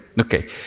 Okay